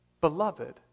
beloved